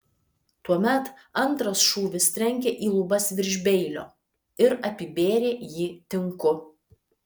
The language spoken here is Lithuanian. tuomet antras šūvis trenkė į lubas virš beilio ir apibėrė jį tinku